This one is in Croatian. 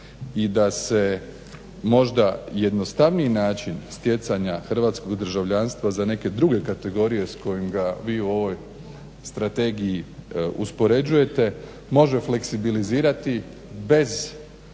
i da se možda jednostavniji način stjecanja hrvatskog državljanstva za neke druge kategorije s kojim ga vi u ovoj strategiji uspoređujete može fleskibilizirati bez na